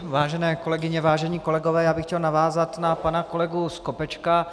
Vážené kolegyně, vážení kolegové, já bych chtěl navázat na pana kolegu Skopečka.